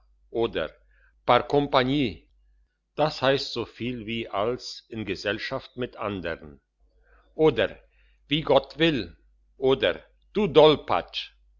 oder par compagnie das heisst so viel als in gesellschaft mit andern oder wie gott will oder du